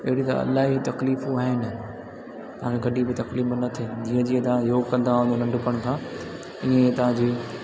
अहिड़ी त इलाही तकलीफ़ूं आहिनि हाणे कॾहिं बि तकलीफ़ न थिए जीअं जीअं तव्हां योग कंदा वञो नंढपण खां इएं ई तव्हांजी